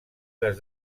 les